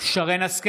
שרן מרים השכל,